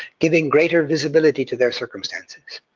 giving greater visibility to their circumstances.